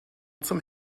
zum